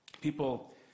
People